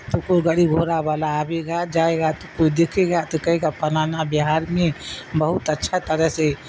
تو کوئی گاڑی گھوڑا والا آ بھی گا جائے گا تو کوئی دیکھے گا تو کہے گا فلانا بہار میں بہت اچھا طرح سے